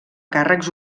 càrrecs